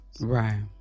right